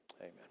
Amen